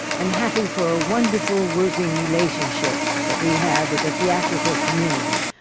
and happy for a wonderful working relationship that we have with the theatrical community.